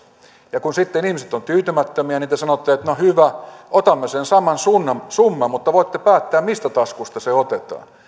ja kun sitten ihmiset ovat tyytymättömiä te sanotte että hyvä otamme sen saman summan mutta voitte päättää mistä taskusta se otetaan